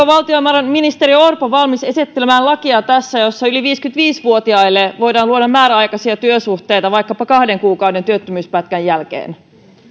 valtiovarainministeri orpo valmis esittelemään tässä lakia jossa yli viisikymmentäviisi vuotiaille voidaan luoda määräaikaisia työsuhteita vaikkapa kahden kuukauden työttömyyspätkän jälkeen